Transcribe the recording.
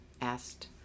asked